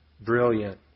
brilliant